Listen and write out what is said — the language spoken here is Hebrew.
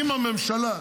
אם הממשלה,